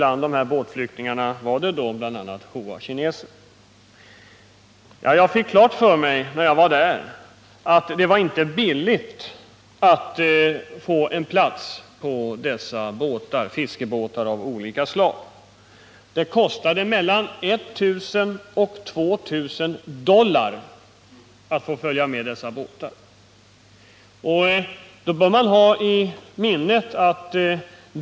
Bland dessa båtflyktingar fanns Hoakineser. När jag var i Vietnam fick jag klart för mig att det inte var billigt att få en plats på dessa fiskebåtar av olika slag. Det kostade mellan 1000 och 2000 US-dollar att få följa med båtarna.